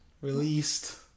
released